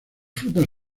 frutas